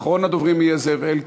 אחרון הדוברים יהיה זאב אלקין,